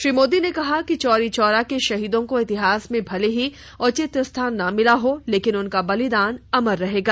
श्री मोदी ने कहा कि चौरी चौरा के शहीदों को इतिहास में भले ही उचित स्थान न मिला हो लेकिन उनका बलिदान अमर रहेगा